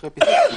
אחרי פסקה (5)